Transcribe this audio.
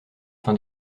fin